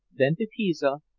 thence to pisa,